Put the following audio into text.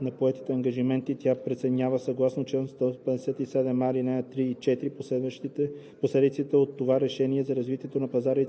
на поетите ангажименти, тя преценява съгласно чл. 157а, ал. 3 и 4 последиците от това решение за развитието на пазара и